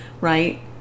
right